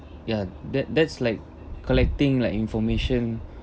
ya that that's like collecting like information